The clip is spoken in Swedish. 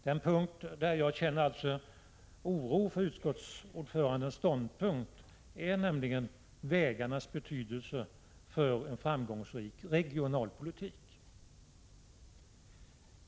Den punkt där jag känner oro inför utskottsordförandens ståndpunkter gäller nämligen vägarnas betydelse för en framgångsrik regionalpolitik.